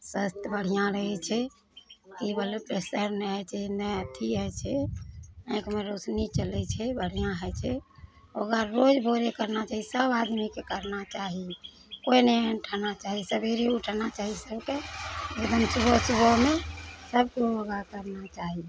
स्वास्थ बढ़िआँ रहै छै की ब्लड प्रेशर नहि होइ छै नहि अथी होइ छै आँखिमे रोशनी चलै छै बढ़िआँ होइ छै ओकरा रोज भोरे करबा चाही सब आदमीके करबा चाही कोइ नहि अनठेबाक चाही सबेरे उठबाक चाही सबके एकदम सुबह सुबहमे सबके योगा करबा चाही